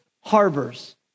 harbors